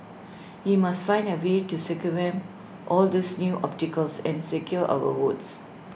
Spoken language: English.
we must find A way to circumvent all these new obstacles and secure our votes